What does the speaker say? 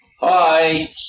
Hi